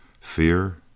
Fear